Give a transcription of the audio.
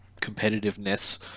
competitiveness